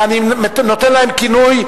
ואני נותן להם כינוי,